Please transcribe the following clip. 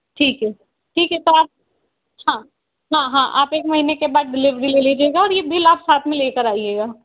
ठीक है ठीक है तो आप हाँ हाँ हाँ आप एक महीने के बाद डिलीवरी ले लीजिएगा और बिल आप साथ में लेकर आइयेगा